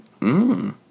Mmm